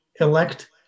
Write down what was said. elect